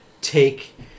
take